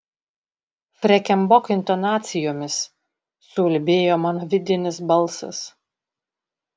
freken bok intonacijomis suulbėjo mano vidinis balsas